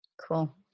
Cool